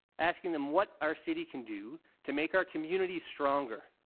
asking them what our city can do to make our communities stronger,